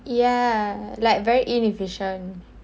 ya like very inefficient